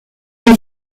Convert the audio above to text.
îles